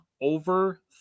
over